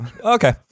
Okay